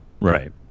Right